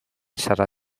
sarà